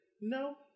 No